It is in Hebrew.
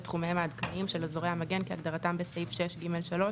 תחומיהם העדכניים של אזורי המגן כהגדרתם בסעיף 6(ג)(3)